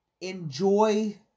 enjoy